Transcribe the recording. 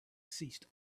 ceased